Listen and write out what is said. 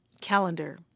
calendar